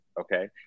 Okay